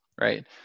right